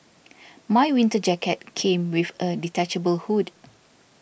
my winter jacket came with a detachable hood